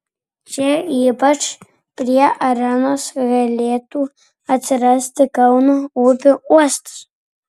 čia ypač prie arenos galėtų atsirasti kauno upių uostas